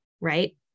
right